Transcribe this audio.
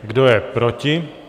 Kdo je proti?